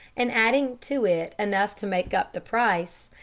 and adding to it enough to make up the price,